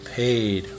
paid